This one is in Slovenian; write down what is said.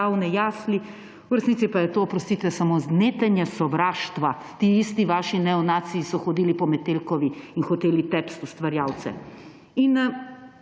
v resnici pa je to, oprostite, samo netenje sovraštva. Ti isti vaši neonaciji so hodili po Metelkovi in hoteli tepsti ustvarjalce. In